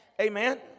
Amen